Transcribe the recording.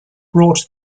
brought